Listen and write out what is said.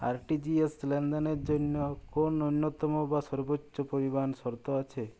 RTGS লেনদেনের জন্য কোন ন্যূনতম বা সর্বোচ্চ পরিমাণ শর্ত আছে?